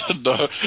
no